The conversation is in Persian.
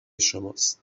شماست